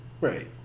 Right